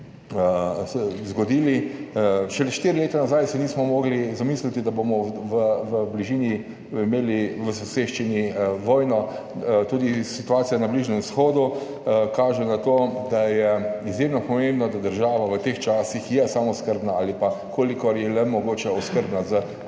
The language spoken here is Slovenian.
prihodnosti. Še štiri leta nazaj si nismo mogli zamisliti, da bomo imeli v bližnji soseščini vojno. Tudi situacija na Bližnjem vzhodu kaže na to, da je izjemno pomembno, da je država v teh časih samooskrbna ali pa, kolikor je le mogoče, oskrbna z lastno